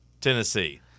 Tennessee